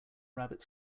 rabbit